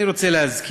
אני רק רוצה להזכיר,